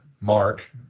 Mark